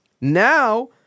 now